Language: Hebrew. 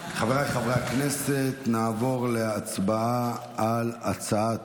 חבריי חברי הכנסת, נעבור להצבעה על הצעת